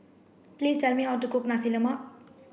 please tell me how to cook Nasi Lemak